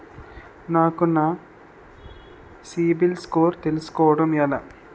నాకు నా CIBIL score తెలుసుకోవడం ఎలా?